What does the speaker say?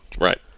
Right